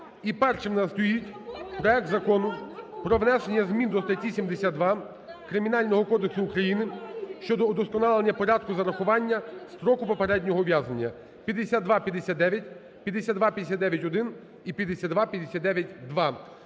І першим в нас стоїть проект Закону про внесення змін до статті 72 Кримінального кодексу України щодо удосконалення порядку зарахування строку попереднього ув'язнення (5259, 5259-1 і 5259-2).